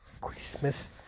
Christmas